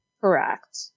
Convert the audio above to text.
Correct